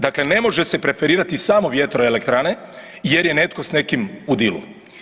Dakle, ne može se preferirati samo vjetroelektrane jer je netko s nekim u „dealu“